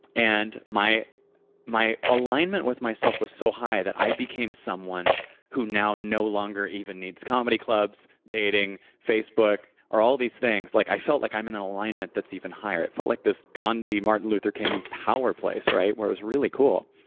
and my my alignment with myself was so high that i became someone who now no longer even needs comedy clubs, dating, facebook, or all these things like i felt like i'm in alignment that's even higher. i felt like this gandhi, martin luther king power place where it was really cool.